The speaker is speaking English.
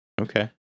Okay